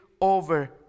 over